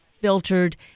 filtered